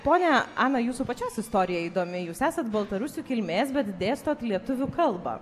ponia ana jūsų pačios istorija įdomi jūs esat baltarusių kilmės bet dėstot lietuvių kalbą